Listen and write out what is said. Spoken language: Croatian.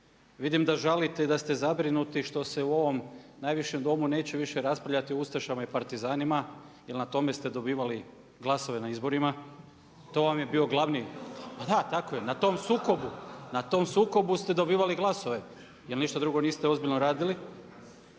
Vidim da žalite i da ste zabrinuti i što se u ovom najvišem Domu neće više raspravljati o ustašama i partizanima jer na tome ste dobivali glasove na izborima. To vam je bio glavni, pa da, tako je, na tom sukobu, na tom sukobu ste dobivali glasove jer ništa drugo niste ozbiljno radili.